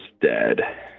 dead